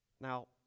Now